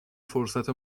فرصت